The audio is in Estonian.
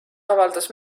avaldas